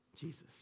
Jesus